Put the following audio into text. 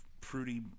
fruity